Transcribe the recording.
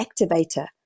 activator